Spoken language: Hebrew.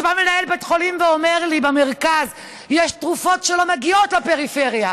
שבא מנהל בית חולים ואומר לי: יש תרופות שלא מגיעות לפריפריה,